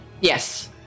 yes